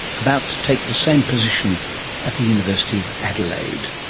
about to take the same position at the university of adelaide